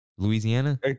Louisiana